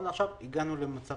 הגענו למצב